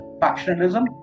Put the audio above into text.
factionalism